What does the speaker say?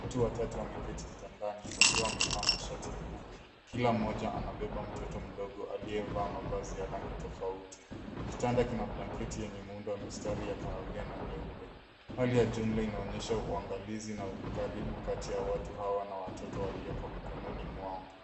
Watu watoto wameketi kitandani wakiwa wamevaa mashati meupe. Kila mmoja amebeba mtoto mdogo aliyevaa mavazi ya rangi tofauti. Kitanda kina blanketi yenye muundo wa mistari ya kahawia na nyeupe. Hali ya jumla inaonyesha uangalizi na ukaribu kati watu hawa na watoto walioko mikononi mwao.